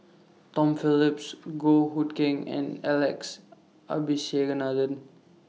Tom Phillips Goh Hood Keng and Alex Abisheganaden